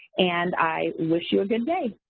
and i wish you a good day,